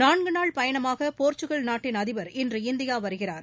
நான்கு நாள் பயணமாக போர்ச்சுக்கள் நாட்டின் அதிபர் இன்று இந்தியா வருகிறார்